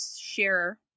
share